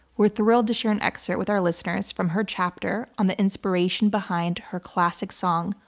we're thrilled to share an excerpt with our listeners from her chapter on the inspiration behind her classic song,